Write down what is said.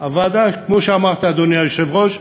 הוועדה, כמו שאמרת, אדוני היושב-ראש,